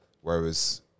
whereas